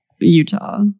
Utah